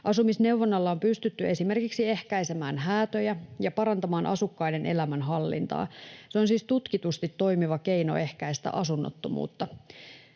Asumisneuvonnalla on pystytty esimerkiksi ehkäisemään häätöjä ja parantamaan asukkaiden elämänhallintaa. Se on siis tutkitusti toimiva keino ehkäistä asunnottomuutta.